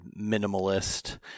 minimalist